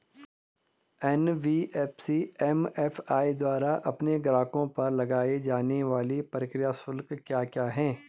NBFC MFI द्वारा अपने ग्राहकों पर लगाए जाने वाले प्रक्रिया शुल्क क्या क्या हैं?